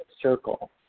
circle